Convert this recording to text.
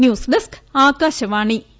news desk Akashvani I